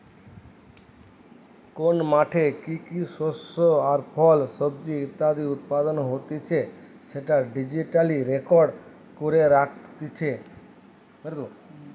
কোন মাঠে কি কি শস্য আর ফল, সবজি ইত্যাদি উৎপাদন হতিছে সেটা ডিজিটালি রেকর্ড করে রাখতিছে